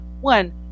one